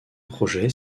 projet